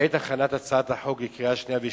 בעת הכנת החוק לקריאה שנייה ושלישית,